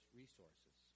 resources